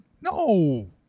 No